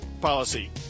policy